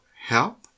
help